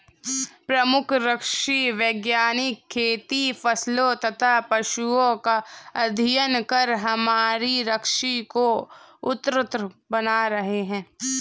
प्रमुख कृषि वैज्ञानिक खेती फसलों तथा पशुओं का अध्ययन कर हमारी कृषि को उन्नत बना रहे हैं